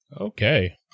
Okay